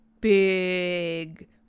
big